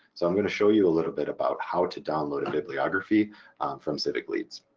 so i'm gonna show you a little bit about how to download a bibliography from civicleads.